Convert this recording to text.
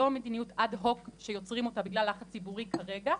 מדיניות שהיא לא מדיניות אד הוק שיוצרים אותה בגלל לחץ ציבורי כרגע,